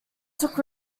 took